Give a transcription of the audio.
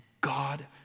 God